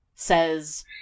says